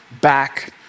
back